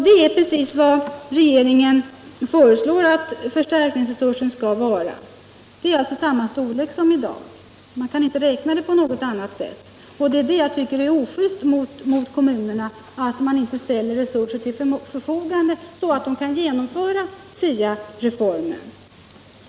Det är precis vad regeringen föreslår att förstärkningsresursen skall vara — alltså samma storlek som i dag. Man kan inte räkna det på något annat sätt. Det är det jag tycker är ojust mot kommunerna — att man inte ställer resurser till förfogande, så att de kan genomföra SIA-reformen.